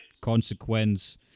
consequence